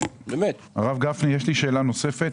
הרב גפני, יש לי שאלה נוספת.